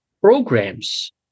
programs